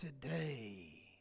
today